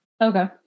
okay